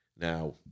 now